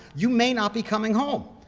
you may not be coming home.